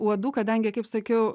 uodų kadangi kaip sakiau